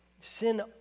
Sin